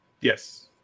Yes